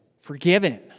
forgiven